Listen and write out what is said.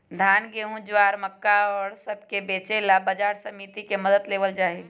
धान, गेहूं, ज्वार, मक्का और सब के बेचे ला बाजार समिति के मदद लेवल जाहई